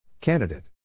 Candidate